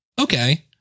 Okay